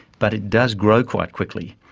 but it does grow quite quickly.